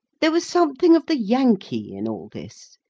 there was something of the yankee in all this.